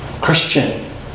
Christian